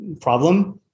problem